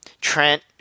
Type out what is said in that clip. Trent